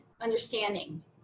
understanding